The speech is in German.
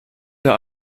der